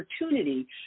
opportunity